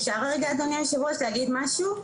אפשר רגע אדוני היושב ראש להגיד משהו?